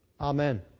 Amen